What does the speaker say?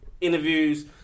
interviews